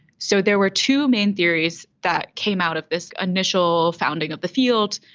so there were two main theories that came out of this initial founding of the field.